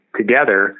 together